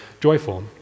joyful